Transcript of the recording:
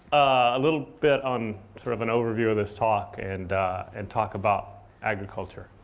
a little bit on sort of an overview of this talk, and and talk about agriculture.